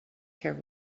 care